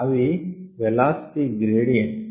అవి velocity gradients